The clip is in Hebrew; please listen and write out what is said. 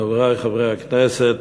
חברי חברי הכנסת,